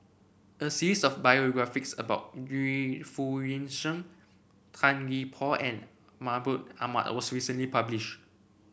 a series of biographies about Yu Foo Yee Shoon Tan Gee Paw and Mahmud Ahmad was recently published